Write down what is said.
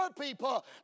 people